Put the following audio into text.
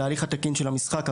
להליך התקין של המשחק,